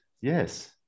Yes